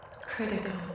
Critical